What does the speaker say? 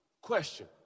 Question